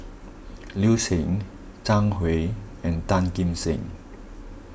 Liu Si Zhang Hui and Tan Kim Seng